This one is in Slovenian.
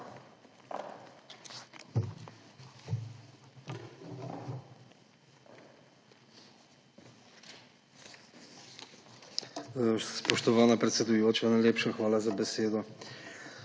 hvala za besedo.